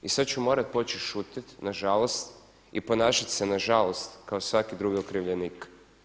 I sada ću morati početi šutiti nažalost i ponašat se nažalost kao i svaki drugi okrivljenik.